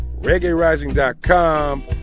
reggaerising.com